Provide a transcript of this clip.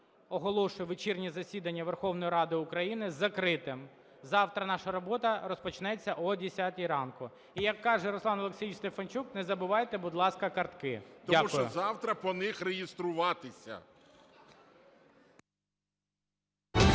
Оголошую вечірнє засідання Верховної Ради України закритим. Завтра наша робота розпочнеться о 10-й ранку. І, як каже Руслан Олексійович Стефанчук, не забувайте, будь ласка картки. Дякую. СТЕФАНЧУК Р.О. Тому що завтра по них реєструватися.